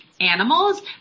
animals